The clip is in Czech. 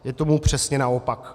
Je tomu přesně naopak.